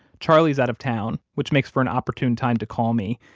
charlie is out of town, which makes for an opportune time to call me,